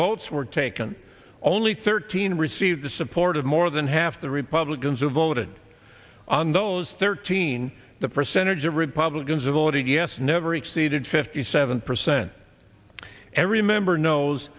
votes were taken only thirteen received the support of more than half the republicans who voted on those thirteen the percentage of republicans ability yes never exceeded fifty seven percent every member knows